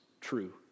true